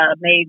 made